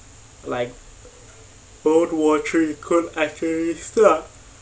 like world war three could actually start